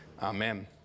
Amen